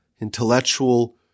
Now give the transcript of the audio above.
intellectual